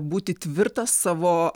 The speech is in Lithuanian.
būti tvirtas savo